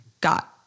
got